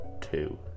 two